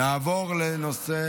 נעבור לנושא